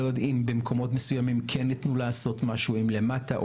במקומות מסוימים לא יודעים אם כן יתנו לעשות משהו למטה,